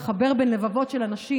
לחבר בין לבבות של אנשים.